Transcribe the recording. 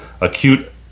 acute